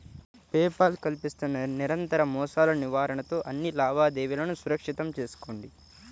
pay Paul కల్పిస్తున్న నిరంతర మోసాల నివారణతో అన్ని లావాదేవీలను సురక్షితం చేసుకోండి